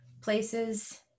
places